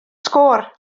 sgôr